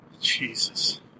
Jesus